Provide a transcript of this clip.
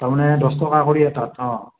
তাৰমানে দহ টকা কৰি এটাত অ'